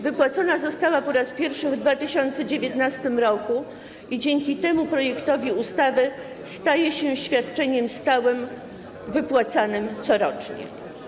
Wypłacona została po raz pierwszy w 2019 r., a dzięki temu projektowi ustawy staje się świadczeniem stałym wypłacanym corocznie.